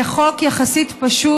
זה חוק פשוט יחסית,